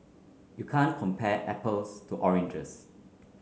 you can't compare apples to oranges